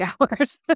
hours